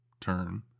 turn